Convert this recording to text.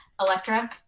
Electra